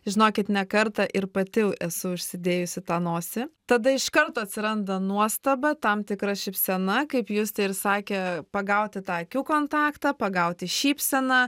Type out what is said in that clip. žinokit ne kartą ir pati esu užsidėjusi tą nosį tada iš karto atsiranda nuostaba tam tikra šypsena kaip justė ir sakė pagauti tą akių kontaktą pagauti šypseną